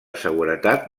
seguretat